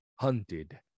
Hunted